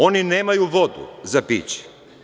Oni nemaju vodu za piće.